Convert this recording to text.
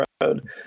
road